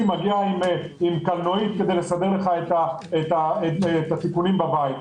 מגיע עם קלנועית כדי לסדר לך את התיקונים בבית.